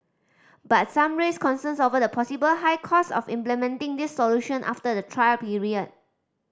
but some raised concerns over the possible high cost of implementing these solution after the trial period